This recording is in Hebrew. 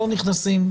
לא נכנסים